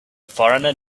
foreigner